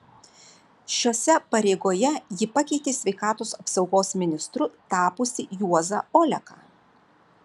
šiose pareigoje ji pakeitė sveikatos apsaugos ministru tapusį juozą oleką